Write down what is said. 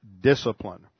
discipline